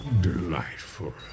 delightful